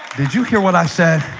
did you hear what i said